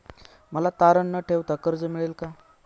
मला तारण न ठेवता कर्ज मिळेल का?